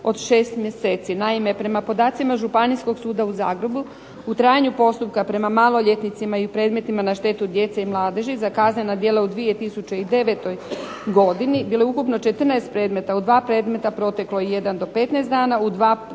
od 6 mjeseci. Naime, prema podacima Županijskog suda u Zagrebu u trajanju postupka prema maloljetnicima i predmetima na štetu djece i mladeži za kaznena djela u 2009. godini bilo je ukupno 14 predmeta. U 2 predmeta proteklo je od 1 do 15 dana, u 2 15 do